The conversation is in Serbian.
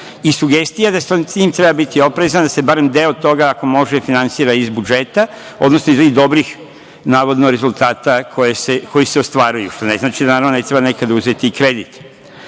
i sugestija da sa tim treba biti oprezan, da se barem deo toga, ako može, finansira iz budžeta, iz dobrih, navodno, rezultata koji se ostvaruju, što ne znači, naravno, da ne treba nekad uzeti i kredit.